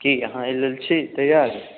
की अहाँ एहि लेल छी तैयार